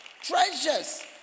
treasures